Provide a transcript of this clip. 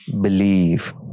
believe